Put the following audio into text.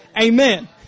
Amen